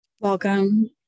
Welcome